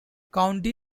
county